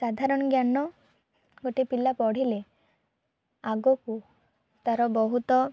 ସାଧାରଣ ଜ୍ଞାନ ଗୋଟିଏ ପିଲା ପଢ଼ିଲେ ଆଗକୁ ତାର ବହୁତ